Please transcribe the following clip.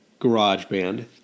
GarageBand